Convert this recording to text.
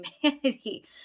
humanity